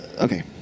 okay